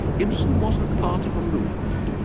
ibsen wasn't part of a movement.